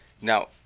Now